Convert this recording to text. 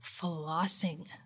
flossing